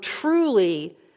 truly